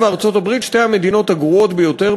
ישראל וארצות-הברית הן שתי המדינות הגרועות ביותר